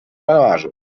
blamage